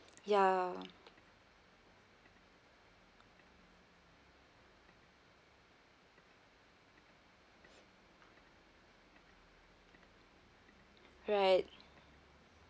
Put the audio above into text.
ya right